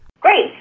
Great